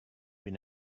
been